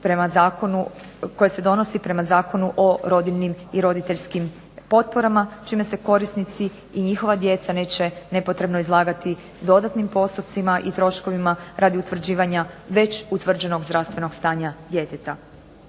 prema Zakonu o rodiljnim i roditeljskim potporama čime se korisnici i njihova djeca neće nepotrebno izlagati dodatnim postupcima i troškovima radi utvrđivanja već utvrđenog zdravstvenog stanja djeteta.